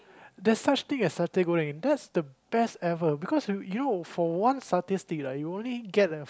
there's such thing as satay Goreng that's the best ever because you know you know for one satay stick right you only get a